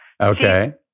Okay